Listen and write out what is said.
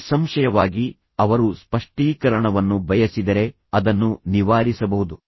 ನಿಸ್ಸಂಶಯವಾಗಿ ಅವರು ಸ್ಪಷ್ಟೀಕರಣವನ್ನು ಬಯಸಿದರೆ ಅದನ್ನು ನಿವಾರಿಸಬಹುದು